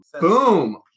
Boom